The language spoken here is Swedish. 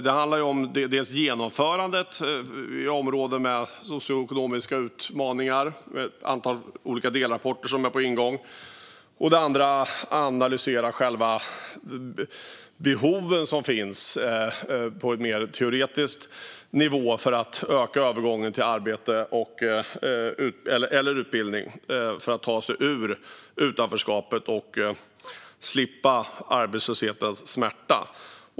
Det handlar dels om genomförandet i områden med socioekonomiska utmaningar, där ett antal delrapporter är på ingång, dels om att analysera de behov som finns, på en mer teoretisk nivå, för att öka övergången till arbete eller utbildning så att man kan ta sig ur utanförskapet och slippa arbetslöshetens smärta.